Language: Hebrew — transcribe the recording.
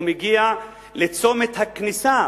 ומגיע לצומת הכניסה